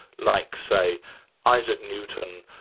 like, say isaac newton,